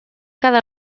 cada